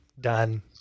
done